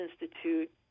institute